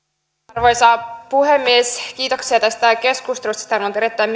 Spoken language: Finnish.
arvoisa puhemies kiitoksia tästä keskustelusta sitä on ollut erittäin